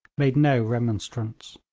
made no remonstrance